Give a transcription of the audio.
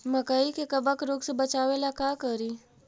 मकई के कबक रोग से बचाबे ला का करि?